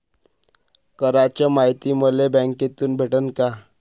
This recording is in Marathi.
कराच मायती मले बँकेतून भेटन का?